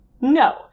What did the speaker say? No